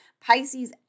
Pisces